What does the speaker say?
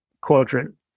quadrant